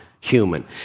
human